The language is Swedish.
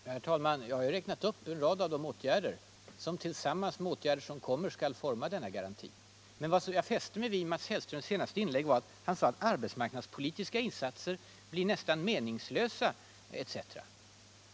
Herr talman! Jag har räknat upp en rad av de åtgärder som kommer att vidtas för att tillsammans med andra åtgärder forma denna garanti. Vad jag särskilt fäste mig vid i Mats Hellströms senaste anförande var att han sade att arbetsmarknadspolitiska insatser blir nästan meningslösa etc.